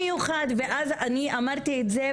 אז אני אמרתי את זה,